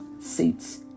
seats